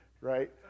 right